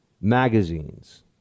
magazines